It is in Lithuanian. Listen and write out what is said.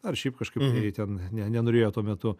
ar šiaip kažkaip tai ten ne nenorėjo tuo metu